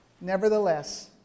nevertheless